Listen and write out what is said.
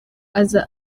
aza